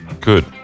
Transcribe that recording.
Good